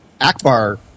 Akbar